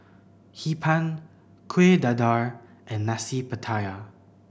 Hee Pan Kuih Dadar and Nasi Pattaya